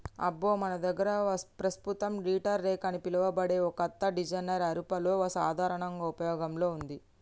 అబ్బో మన దగ్గర పస్తుతం రీటర్ రెక్ అని పిలువబడే ఓ కత్త డిజైన్ ఐరోపాలో సాధారనంగా ఉపయోగంలో ఉంది